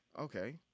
Okay